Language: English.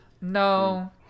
No